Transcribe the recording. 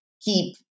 keep